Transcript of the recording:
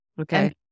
Okay